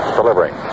delivering